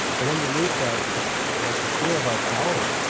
but underneath that the like the fear of our power,